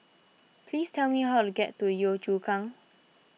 please tell me how to get to Yio Chu Kang